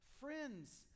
Friends